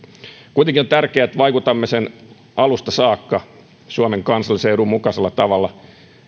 kuitenkin on tärkeää että vaikutamme alusta saakka suomen kansallisen edun mukaisella tavalla